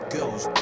Girls